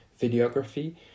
videography